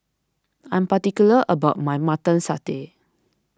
I am particular about my Mutton Satay